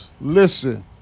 Listen